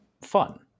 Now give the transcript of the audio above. fun